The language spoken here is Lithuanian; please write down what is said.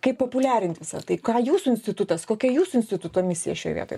kaip populiarint visą tai ką jūsų institutas kokia jūsų instituto misija šioj vietoj